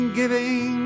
giving